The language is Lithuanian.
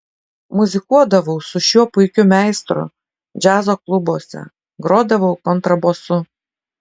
muzikuodavau su šiuo puikiu meistru džiazo klubuose grodavau kontrabosu